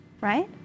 right